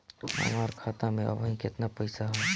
हमार खाता मे अबही केतना पैसा ह?